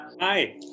Hi